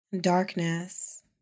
darkness